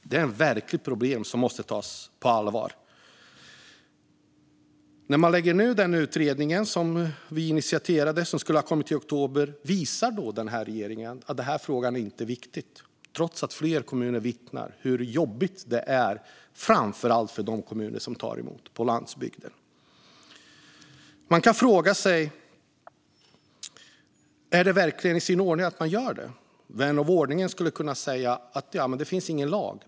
Det är ett verkligt problem som måste tas på allvar. Regeringen lägger nu ned den utredning som vi initierade och som skulle ha presenterat sitt resultat i oktober. Man visar att frågan inte är viktig, trots att flera kommuner, framför allt de kommuner på landsbygden som tar emot, vittnar om hur jobbigt det är. Man kan fråga sig om det verkligen är i sin ordning att göra så. Vän av ordning skulle kunna säga att det inte finns någon lag som förbjuder det.